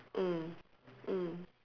mm mm